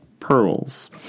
pearls